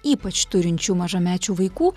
ypač turinčių mažamečių vaikų